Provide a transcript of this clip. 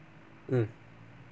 mm